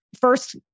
first